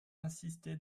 insisté